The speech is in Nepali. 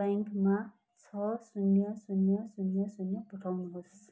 ब्याङ्कमा छ शून्य शून्य शून्य शून्य पठाउनुहोस्